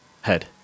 head